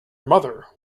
mother